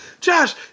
Josh